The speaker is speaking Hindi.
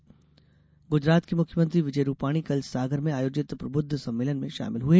वहीं गुजरात के मुख्यमंत्री विजय रूपाणी कल सागर में आयोजित प्रबुद्ध सम्मेलन में शामिल हुए